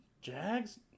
Jags